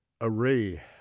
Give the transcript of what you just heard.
array